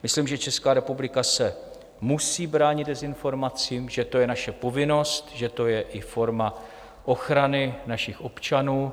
Myslím, že Česká republika se musí bránit dezinformacím, že to je naše povinnost, že to je i forma ochrany našich občanů.